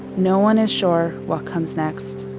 no one is sure what comes next.